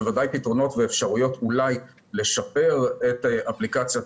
בוודאי יש פתרונות ואפשרויות לשפר את אפליקציית